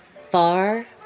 Far